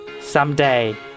Someday